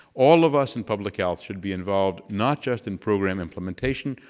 all of us in public health should be involved, not just in program implementation,